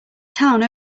town